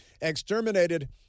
exterminated